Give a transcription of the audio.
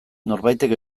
norbaitek